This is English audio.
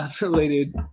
related